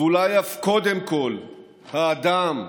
אולי אף קודם כול, האדם,